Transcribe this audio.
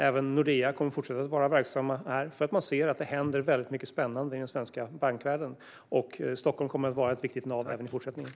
Även Nordea kommer att fortsätta att vara verksamma här, för man ser att det händer mycket spännande i den svenska bankvärlden. Stockholm kommer att vara ett viktigt nav även i fortsättningen.